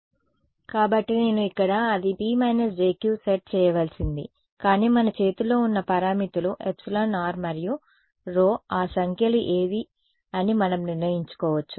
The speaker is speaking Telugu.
కాబట్టి నేను ఇక్కడ అది p jq సెట్ చేయవలసింది కానీ మన చేతిలో ఉన్న పారామితులు εr మరియు σ ఆ సంఖ్యలు ఏవి సరి అని మనం నిర్ణయించుకోవచ్చు